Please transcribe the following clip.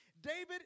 David